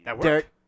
Derek